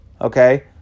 Okay